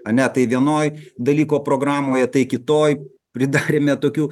ane tai vienoj dalyko programoje tai kitoj pridarėme tokių